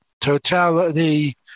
totality